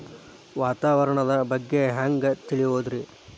ವಾತಾವರಣದ ಬಗ್ಗೆ ಹ್ಯಾಂಗ್ ತಿಳಿಯೋದ್ರಿ?